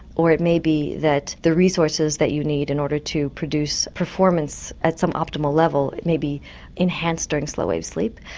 or it may be that the resources that you need in order to produce performance at some optimal level may be enhanced during slow wave sleep.